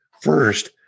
First